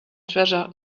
treasure